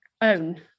own